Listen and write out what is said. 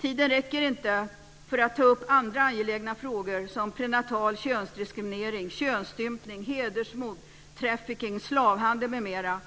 Tiden räcker inte för att ta upp andra angelägna frågor, som prenatal könsdiskriminering, könsstympning, hedersmord, trafficking, slavhandel m.m.